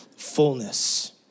fullness